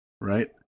right